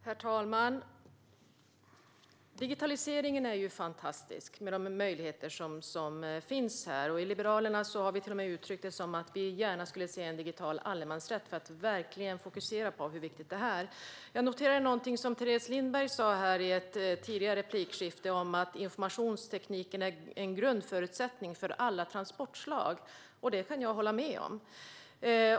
Herr talman! Digitaliseringen är fantastisk med de möjligheter som finns där. I Liberalerna har vi till och med uttryckt det som att vi gärna skulle vilja se en digital allemansrätt för att verkligen fokusera på hur viktig digitaliseringen är. Jag noterade en sak som Teres Lindberg sa i ett tidigare replikskifte, nämligen att informationstekniken är en grundförutsättning för alla transportslag. Det kan jag hålla med om.